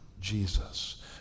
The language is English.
Jesus